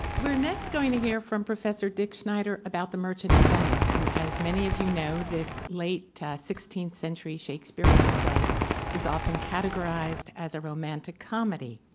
we're next going to hear from professor dick schneider about the merchant of venice, and as many of you know, this late sixteenth century shakespearean play is often categorized as a romantic comedy.